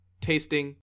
tasting